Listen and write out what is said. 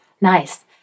nice